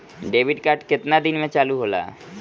Debit card केतना दिन में चालु होला?